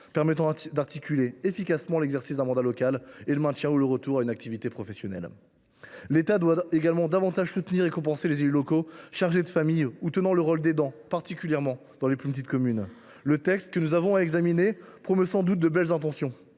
permettant d’articuler efficacement l’exercice d’un mandat local et le retour à une activité professionnelle. L’État doit également davantage soutenir, en prévoyant des compensations, les élus locaux chargés de famille ou tenant le rôle d’aidants, particulièrement dans les plus petites communes. Le texte que nous avons à examiner promeut sans doute de belles intentions